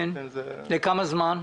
לכמה זמן?